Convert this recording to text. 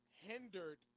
hindered